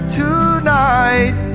tonight